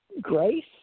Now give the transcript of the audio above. grace